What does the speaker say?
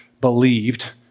believed